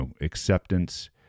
acceptance